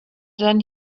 then